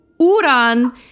Uran